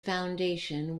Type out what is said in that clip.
foundation